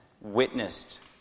witnessed